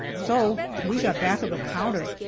so we got back of a counter,